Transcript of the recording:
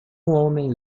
homem